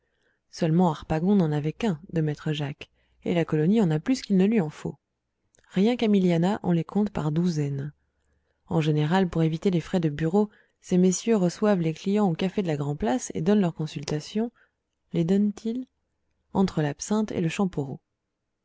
seulement harpagon n'en avait qu'un de maître jacques et la colonie en a plus qu'il ne lui en faut rien qu'à milianah on les compte par douzaines en général pour éviter les frais de bureau ces messieurs reçoivent leurs clients au café de la grand'place et donnent leurs consultations les donnent-ils entre l'absinthe et le